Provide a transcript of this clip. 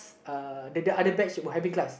uh the other batch were having class